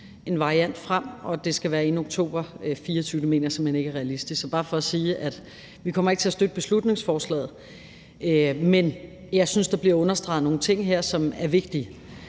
en variant frem. Og at det skal være inden oktober 2024, mener jeg simpelt hen ikke er realistisk. Det er bare for at sige, at vi ikke kommer til at støtte beslutningsforslaget, men at jeg synes, der bliver understreget nogle ting her, som er vigtige.